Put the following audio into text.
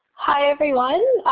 hi, everyone.